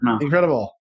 incredible